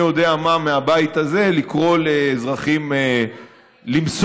יודע מה מהבית הזה לקרוא לאזרחים למסור,